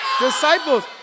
Disciples